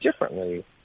differently